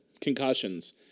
concussions